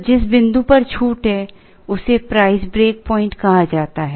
तो जिस बिंदु पर छूट है उसे प्राइस ब्रेक प्वाइंट कहा जाता है